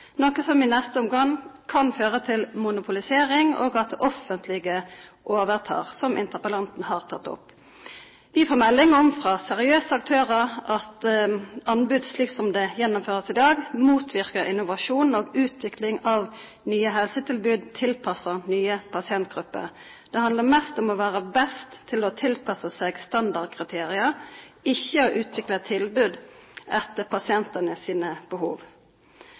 noe som i neste omgang kan føre til monopolisering og at det offentlige overtar, som interpellanten har tatt opp. Fra seriøse aktører får vi melding om at anbud slik som det gjennomføres i dag, motvirker innovasjon og utvikling av nye helsetilbud tilpasset nye pasientgrupper. Det handler mest om å være best til å tilpasse seg standardkriterier, ikke om å utvikle tilbud etter pasientenes behov.